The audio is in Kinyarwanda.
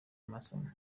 masomo